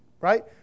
right